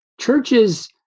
churches